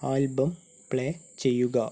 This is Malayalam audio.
ആൽബം പ്ലേ ചെയ്യുക